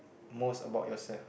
most about yourself